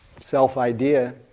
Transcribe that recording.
self-idea